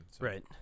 Right